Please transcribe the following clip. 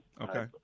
Okay